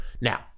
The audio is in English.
Now